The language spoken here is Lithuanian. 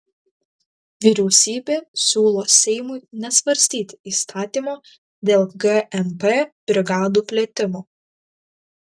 vyriausybė siūlo seimui nesvarstyti įstatymo dėl gmp brigadų plėtimo